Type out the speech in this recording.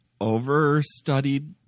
overstudied